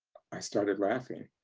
i started laughing.